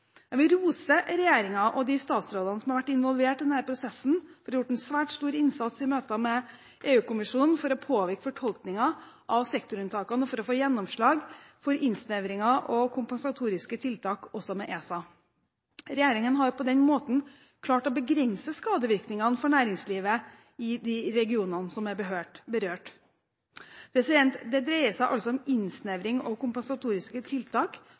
Jeg vil rose regjeringen og de statsrådene som har vært involvert i denne prosessen, for å ha gjort en svært stor innsats i møter med EU-kommisjonen for å påvirke fortolkningen av sektorunntakene og for å få gjennomslag for innsnevringer og kompensatoriske tiltak også med ESA. Regjeringen har på den måten klart å begrense skadevirkningene for næringslivet i de regionene som er berørt. Det dreier seg altså om innsnevring og kompensatoriske tiltak,